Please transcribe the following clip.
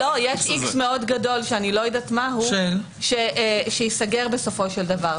יש X מאוד גדול שאני לא יודעת מהו שייסגר בסופו של דבר,